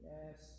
Yes